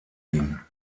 ihn